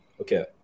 Okay